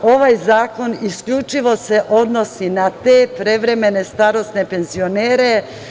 Ovaj zakon isključivo se odnosi na te prevremene starosne penzionere.